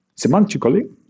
semantically